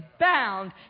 bound